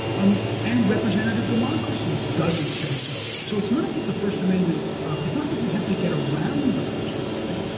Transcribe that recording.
um and representative democracy doesn't say so. so it's not that the first amendment ah it's not that we have to get around the first amendment.